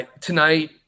tonight